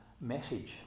message